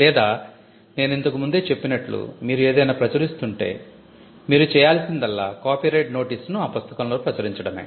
లేదా నేను ఇంతకు ముందే చెప్పినట్లు మీరు ఏదైనా ప్రచురిస్తుంటే మీరు చేయాల్సిందల్లా కాపీరైట్ నోటీసును ఆ పుస్తకంలో ప్రచురించడమే